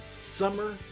summer